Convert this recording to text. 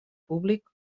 públic